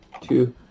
Two